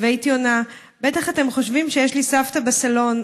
והייתי עונה: בטח אתם חושבים שיש לי סבתא בסלון,